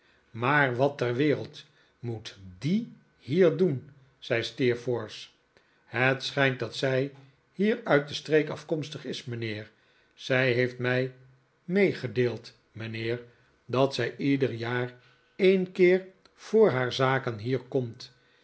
maar wat ter wereld moet die hier doen zei steerforth het schijnt dat zij hier uit de streek afkomstig is mijnheer zij heeft mij meegedeeld mijnheer dat zij ieder jaar een keer voor haar zaken hier komt